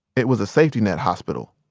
it was a safety-net hospital.